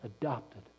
adopted